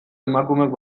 emakumeok